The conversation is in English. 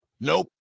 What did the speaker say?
Nope